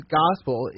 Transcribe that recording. gospel